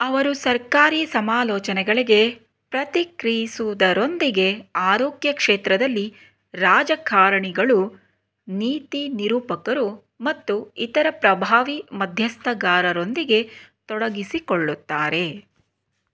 ಅವರು ಸರ್ಕಾರಿ ಸಮಾಲೋಚನೆಗಳಿಗೆ ಪ್ರತಿಕ್ರಿಯಿಸುವುದರೊಂದಿಗೆ ಆರೋಗ್ಯ ಕ್ಷೇತ್ರದಲ್ಲಿ ರಾಜಕಾರಣಿಗಳು ನೀತಿ ನಿರೂಪಕರು ಮತ್ತು ಇತರ ಪ್ರಭಾವಿ ಮಧ್ಯಸ್ಥಗಾರರೊಂದಿಗೆ ತೊಡಗಿಸಿಕೊಳ್ಳುತ್ತಾರೆ